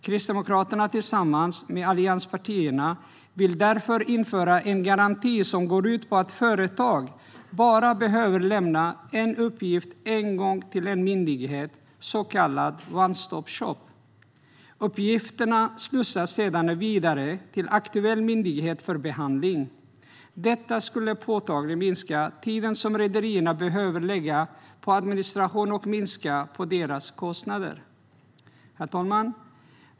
Kristdemokraterna tillsammans med övriga allianspartier vill därför införa en garanti som går ut på att företag bara behöver lämna en uppgift en gång till en myndighet, så kallad one stop shop. Uppgifterna slussas sedan vidare till aktuell myndighet för behandling. Detta skulle påtagligt minska den tid som rederierna behöver lägga på administration och minska deras kostnader. Herr talman!